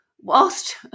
Whilst